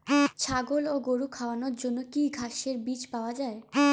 ছাগল ও গরু খাওয়ানোর জন্য ঘাসের বীজ কোথায় পাওয়া যায়?